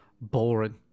boring